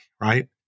right